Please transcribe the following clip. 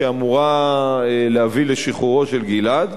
שאמורה להביא לשחרורו של גלעד.